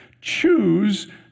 choose